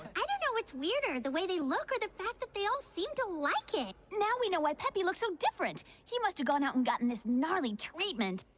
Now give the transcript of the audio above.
i don't know it's weirder the way they look or the fact that they all seem to like it now we know why pepe look so different? he must have gone out and gotten this gnarly treatment